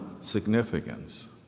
significance